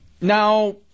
Now